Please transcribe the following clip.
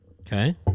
Okay